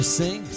sing